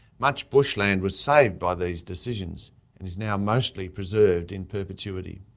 much bushland was saved by these decisions, and is now mostly preserved in perpetuity.